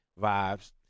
vibes